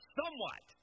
somewhat